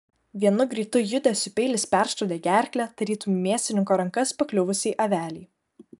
vienu greitu judesiu peilis perskrodė gerklę tarytum į mėsininko rankas pakliuvusiai avelei